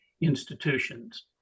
institutions